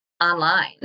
online